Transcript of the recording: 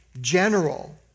general